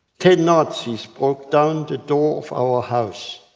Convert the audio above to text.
ten nazis broke down the door of our house.